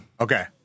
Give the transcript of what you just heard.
Okay